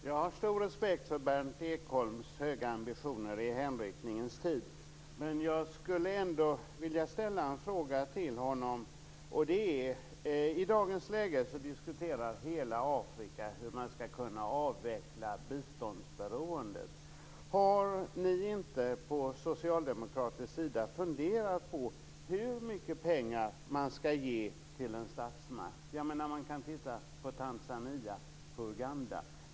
Herr talman! Jag har stor respekt för Berndt Ekholms höga ambitioner i hänryckningens tid. Men jag vill ändå ställa en fråga till honom. I dagens läge diskuterar man i hela Afrika hur man skall kunna avveckla biståndsberoendet. Har inte ni socialdemokrater funderat på hur mycket pengar som skall ges till en statsmakt? Man kan t.ex. se på Tanzania och Uganda.